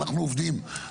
אנחנו עובדים,